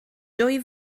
dwy